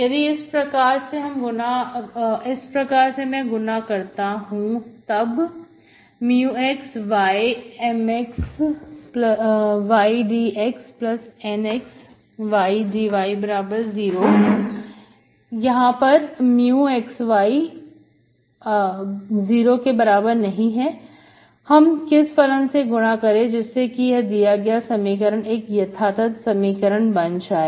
यदि मैं इस प्रकार से गुना करता हूं तब μx y MxydxNxydy0 यहां पर μx y≠0 हम किस फलन से गुणा करें जिससे कि दिया गया समीकरण एक यथातथ समीकरण बन जाए